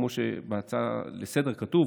כמו שכתוב בהצעה לסדר-היום,